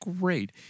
great